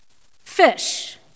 Fish